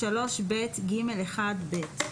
בסעיף 3ב(ג)(1)(ב)".